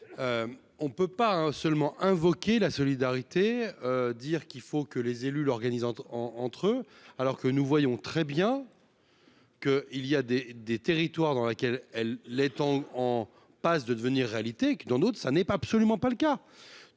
on ne peut pas hein seulement invoqué la solidarité, dire qu'il faut que les élus l'organisant en entre eux alors que nous voyons très bien que il y a des des territoires dans lesquels elle l'étant en passe de devenir réalité. Dans d'autres, ça n'est pas absolument pas le cas,